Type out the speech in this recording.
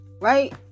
right